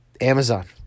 Amazon